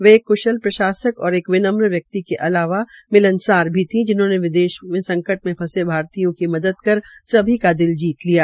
वह एक कशल प्रशासक और एक विनम्र व्यक्ति के अलावा मिलनसार भी थी जिन्होंने विदेश में संकट में फंसे भारतीयों की मदद कर सभी का दिल जीत लिया